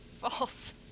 False